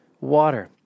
water